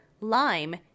lime